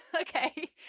okay